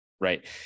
Right